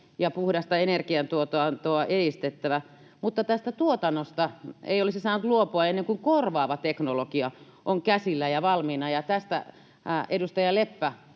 ja puhdasta energiantuotantoa edistettävä, mutta tästä tuotannosta ei olisi saanut luopua ennen kuin korvaava teknologia on käsillä ja valmiina. Ja tästä edustaja Leppä